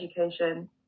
education